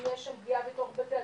אם יש שם פגיעה בבית הספר,